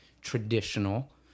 traditional